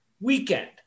weekend